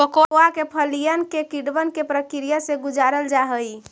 cocoa के फलियन के किण्वन के प्रक्रिया से गुजारल जा हई